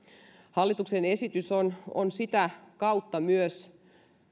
hallituksen esitys on myös sitä kautta